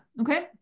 okay